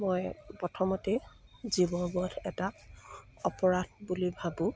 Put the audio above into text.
মই প্ৰথমতেই জীৱ বধ এটা অপৰাধ বুলি ভাবোঁ